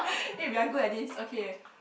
eh we are good at this okay